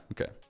okay